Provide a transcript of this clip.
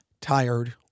tired